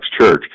church